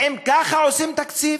האם ככה עושים תקציב?